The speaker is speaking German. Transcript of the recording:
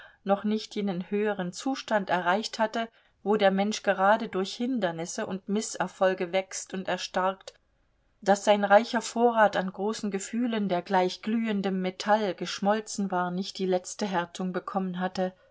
noch nicht jenen höheren zustand erreicht hatte wo der mensch gerade durch hindernisse und mißerfolge wächst und erstarkt daß sein reicher vorrat an großen gefühlen der gleich glühendem metall geschmolzen war nicht die letzte härtung bekommen hatte